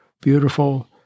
beautiful